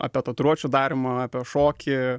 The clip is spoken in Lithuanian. apie tatuiruočių darymą apie šokį